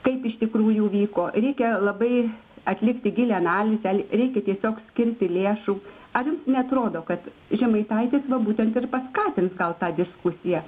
kaip iš tikrųjų vyko reikia labai atlikti gilią analizę reikia tiesiog skirti lėšų ar jums neatrodo kad žemaitaitis va būtent ir paskatins gal tą diskusiją